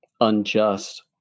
unjust